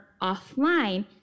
offline